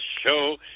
show